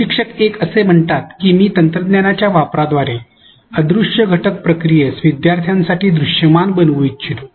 प्रशिक्षक १ असे म्हणतात की मी तंत्रज्ञानाच्या वापराद्वारे अदृश्य घटक प्रक्रियेस विद्यार्थ्यांसाठी दृश्यमान बनवू इच्छितो